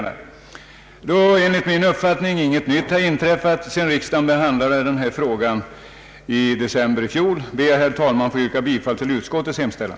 Eftersom enligt min mening ingen ting nytt inträffat sedan riksdagen behandlade denna fråga i december i fjol ber jag, herr talman, att få yrka bifall till utskottets hemställan.